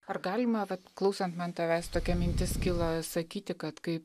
ar galima vat klausant man tavęs tokia mintis kilo sakyti kad kai